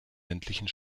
ländlichen